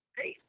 hey